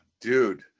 dude